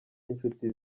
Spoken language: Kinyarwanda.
n’inshuti